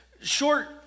short